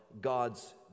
God's